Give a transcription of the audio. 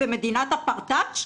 במדינת הפרטץ',